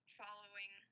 following